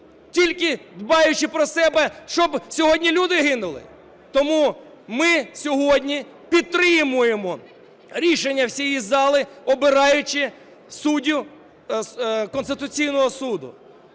тільки дбаючи про себе, щоб сьогодні люди гинули? Тому ми сьогодні підтримуємо рішення всієї зали, обираючи суддів Конституційного Суду.